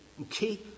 okay